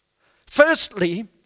Firstly